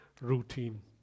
routine